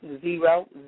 zero